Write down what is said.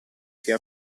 sia